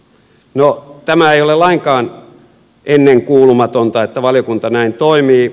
no tämä ei ole lainkaan ennenkuulumatonta että valiokunta näin toimii